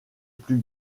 plus